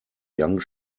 young